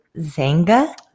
Zanga